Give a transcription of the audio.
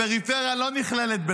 הפריפריה לא נכללת.